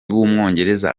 w’umwongereza